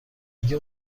اگه